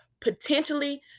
potentially